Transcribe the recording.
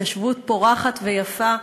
התיישבות פורחת ויפה,